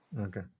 Okay